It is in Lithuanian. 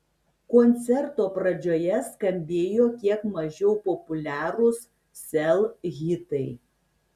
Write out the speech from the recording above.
koncerto pradžioje skambėjo kiek mažiau populiarūs sel hitai